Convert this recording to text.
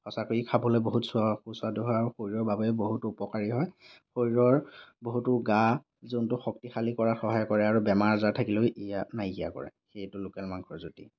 সঁচাকৈ ই খাবলৈ বহুত চ সুস্বাদু হয় আৰু শৰীৰৰ বাবেও বহুত উপকাৰী হয় শৰীৰৰ বহুতো গা যোনটো শক্তিশালী কৰাত সহায় কৰে আৰু বেমাৰ আজাৰ থাকিলেও ই নাইকিয়া কৰে সেইটো লোকেল মাংসৰ জুতি